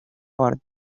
ford